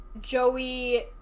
Joey